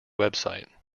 website